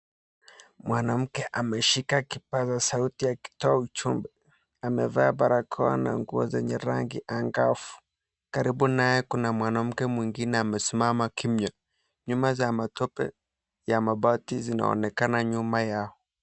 Mwanamke ameshika kipasa sauti akitoa ujumbe . Amevaa barakoa na nguo zenye rangi angavu. Karibu naye kuna mwanamke mwingine amesimama kimya. Nyumba za matope ya mabati zinaonekana nyuma yao.